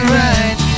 right